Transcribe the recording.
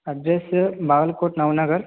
address Bagalkot Nava Nagar